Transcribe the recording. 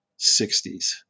60s